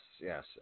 Yes